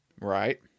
right